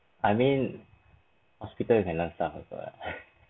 I mean hospital is another also lah